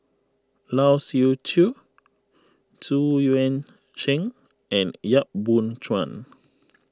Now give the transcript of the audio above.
Lai Siu Chiu Xu Yuan Zhen and Yap Boon Chuan